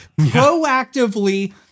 Proactively